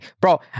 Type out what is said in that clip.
Bro